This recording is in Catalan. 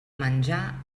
menjar